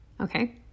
Okay